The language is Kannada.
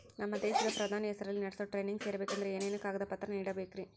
ನಮ್ಮ ದೇಶದ ಪ್ರಧಾನಿ ಹೆಸರಲ್ಲಿ ನಡೆಸೋ ಟ್ರೈನಿಂಗ್ ಸೇರಬೇಕಂದರೆ ಏನೇನು ಕಾಗದ ಪತ್ರ ನೇಡಬೇಕ್ರಿ?